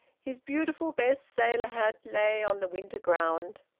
his beautiful best sailor hat lay on the winter ground.